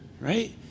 right